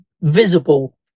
visible